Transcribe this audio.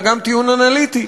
אלא גם טיעון אנליטי,